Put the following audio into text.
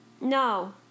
No